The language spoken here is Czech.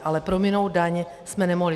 Ale prominout daň jsme nemohli.